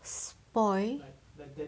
spoil